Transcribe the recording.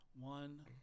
One